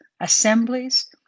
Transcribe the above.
assemblies